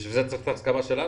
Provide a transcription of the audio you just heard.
בשביל זה צריך את ההסכמה שלנו?